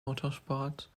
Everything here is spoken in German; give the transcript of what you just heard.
motorsport